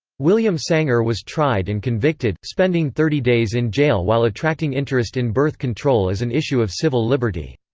william sanger was tried and convicted, spending thirty days in jail while attracting interest in birth control as an issue of civil liberty.